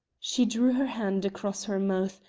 she drew her hand across her mouth,